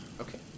Okay